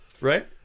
Right